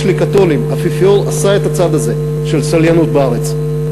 לקתולים: האפיפיור עשה את הצעד הזה של צליינות בארץ,